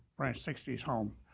branch sixty s home.